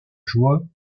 joie